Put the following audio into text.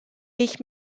ich